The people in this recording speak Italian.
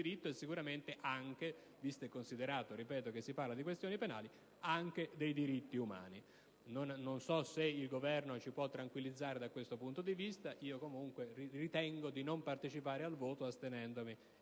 del diritto e sicuramente, visto e considerato che si parla di questioni penali, anche dei diritti umani. Non so se il Governo ci può tranquillizzare da questo punto di vista, comunque io ritengo di non partecipare al voto, astenendomi